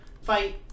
fight